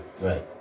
Right